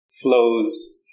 flows